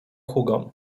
hugon